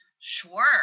Sure